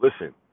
Listen